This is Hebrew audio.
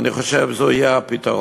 אני חושב שזה יהיה הפתרון,